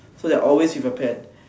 so they always with a pen